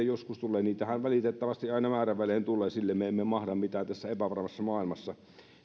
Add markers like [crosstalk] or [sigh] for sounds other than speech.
[unintelligible] joskus tulee niitähän valitettavasti aina määrävälein tulee sille me emme mahda mitään tässä epävarmassa maailmassa